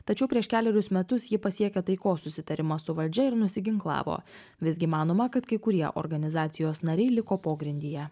tačiau prieš kelerius metus ji pasiekė taikos susitarimą su valdžia ir nusiginklavo visgi manoma kad kai kurie organizacijos nariai liko pogrindyje